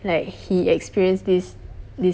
like he experienced this this